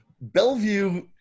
Bellevue